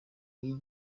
iyo